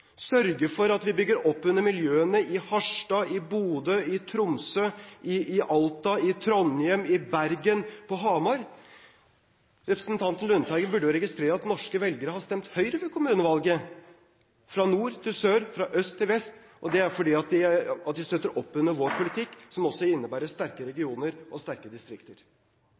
sørge for at vi bygger opp under miljøene i Harstad, i Bodø, i Tromsø, i Alta, i Trondheim, i Bergen og på Hamar. Representanten Lundteigen burde ha registrert at norske velgere har stemt Høyre ved kommunevalget – fra nord til sør, fra øst til vest. Det er fordi de støtter opp under vår politikk, som også innebærer sterke regioner og sterke distrikter.